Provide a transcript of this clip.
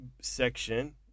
section